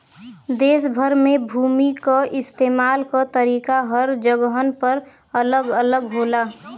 देस भर में भूमि क इस्तेमाल क तरीका हर जगहन पर अलग अलग होला